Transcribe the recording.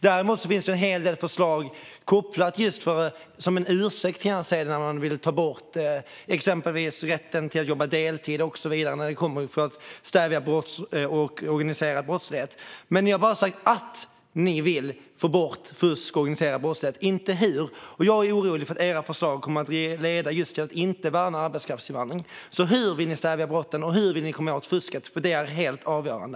Däremot finns det som en ursäkt när man vill ta bort exempelvis rätten att jobba deltid för att stävja organiserad brottslighet. Ni har sagt att ni vill få bort fusk och organiserad brottslighet, men ni har inte sagt hur. Jag är orolig för att era förslag kommer att leda till att man inte värnar arbetskraftsinvandring. Hur vill ni stävja brotten, och hur vill ni komma åt fusket? Det är helt avgörande.